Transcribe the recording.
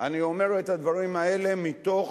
אני אומר את הדברים האלה מתוך